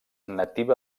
nativa